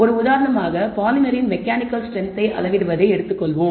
ஒரு உதாரணமாக பாலிமரின் மெக்கானிக்கல் ஸ்ட்ரென்த்தை அளவிடுவதை எடுத்துக்கொள்வோம்